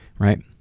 right